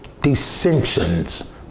dissensions